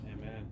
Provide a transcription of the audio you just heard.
Amen